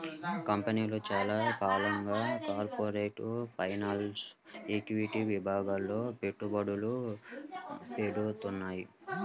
కంపెనీలు చాలా కాలంగా కార్పొరేట్ ఫైనాన్స్, ఈక్విటీ విభాగాల్లో పెట్టుబడులు పెడ్తున్నాయి